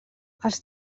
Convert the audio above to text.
els